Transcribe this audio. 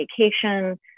Vacation